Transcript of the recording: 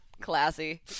classy